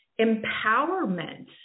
empowerment